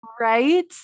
Right